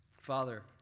Father